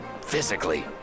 physically